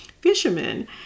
fishermen